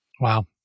Wow